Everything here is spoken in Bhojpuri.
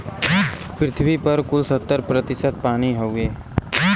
पृथ्वी पर कुल सत्तर प्रतिशत पानी हउवे